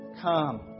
Come